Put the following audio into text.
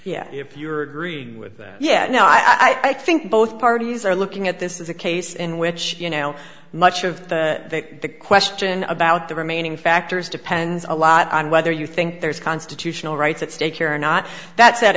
yet if you're agreeing with that yes no i think both parties are looking at this is a case in which you now much of the question about the remaining factors depends a lot on whether you think there's constitutional rights at stake here or not that's what i